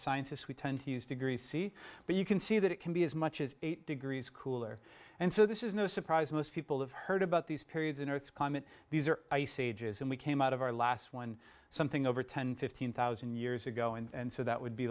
scientists we tend to use degrees c but you can see that it can be as much as eight degrees cooler and so this is no surprise most people have heard about these periods in earth's climate these are ice ages and we came out of our last one something over ten fifteen thousand years ago and and so that would be